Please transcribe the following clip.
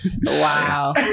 Wow